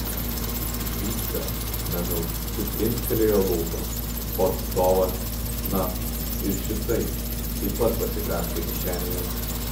vycka menu tik krimstelėjo lūpą o atstovas na ir šisai taip pat pasikrapštė kišenėje